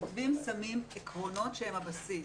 המתווים שמים עקרונות שהם הבסיס.